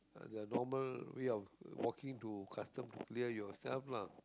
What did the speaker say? uh the normal way of walking to custom clear yourself lah